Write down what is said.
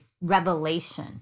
revelation